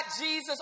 Jesus